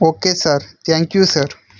okay sir thank you sir